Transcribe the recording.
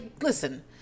listen